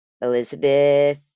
Elizabeth